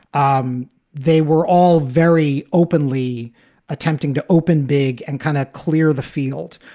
um they were all very openly attempting to open big and kind of clear the field.